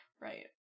Right